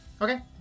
Okay